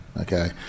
okay